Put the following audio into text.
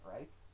Right